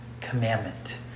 commandment